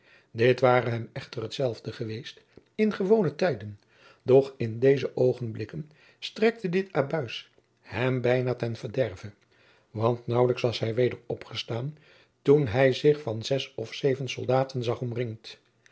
dit ware hem echter hetzelfde geweest in gewone tijden doch in deze oogenblikken strekte dit abuis hem bijna ten verderve want naauwlijks was hij weder opgestaan toen hij zich van zes of zeven soldaten zag omringd